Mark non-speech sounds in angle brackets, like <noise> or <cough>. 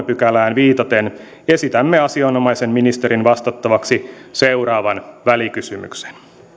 <unintelligible> pykälään viitaten esitämme asianomaisen ministerin vastattavaksi seuraavan välikysymyksen